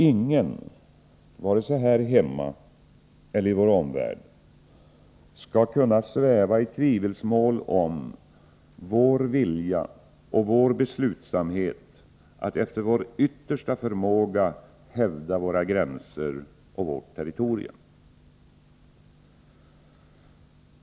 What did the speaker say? Ingen — vare sig här hemma eller i vår omvärld — skall kunna sväva i tvivelsmål om vår vilja och beslutsamhet att efter yttersta förmåga hävda våra gränser och vårt territorium.